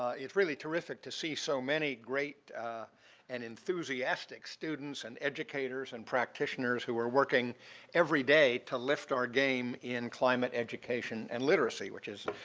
ah it's really terrific to see so many great and enthusiastic students and educators and practitioners who are working every day to lift our game in climate education and literacy, which is,